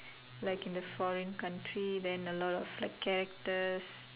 like in the foreign country then a lot of like characters